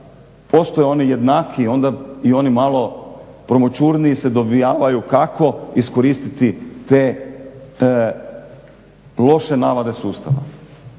postoje oni jednakiji onda i oni malo promoćurniji se dovijavaju kako iskoristiti te loše navade sustava.